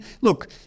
look